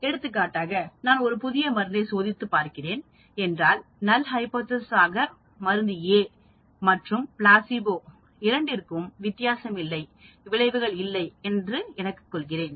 எடுத்துக்காட்டாக நான் ஒரு புதிய மருந்தைச் சோதித்துப் பார்க்கிறேன் என்றால் நல் ஹைபோதேசிஸ் ஆக மருந்து A மற்றும் பிளாசிபோ இரண்டிற்கும் வித்தியாசமில்லை விளைவுகள் இல்லை எனக்கு கொள்கிறேன்